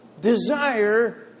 desire